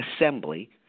assembly –